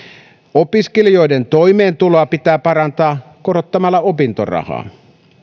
opiskelijoiden toimeentuloa pitää parantaa korottamalla opintorahaa